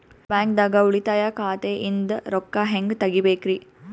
ಬ್ಯಾಂಕ್ದಾಗ ಉಳಿತಾಯ ಖಾತೆ ಇಂದ್ ರೊಕ್ಕ ಹೆಂಗ್ ತಗಿಬೇಕ್ರಿ?